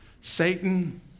Satan